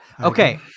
Okay